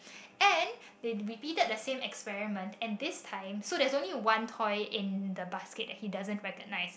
and they repeated the same experiment and this time so there's only one toy in the basket that he doesn't recognize